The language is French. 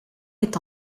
est